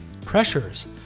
Pressures